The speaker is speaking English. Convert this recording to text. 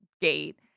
gate